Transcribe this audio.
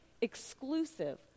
exclusive